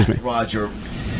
Roger